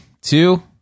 two